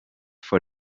for